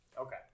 Okay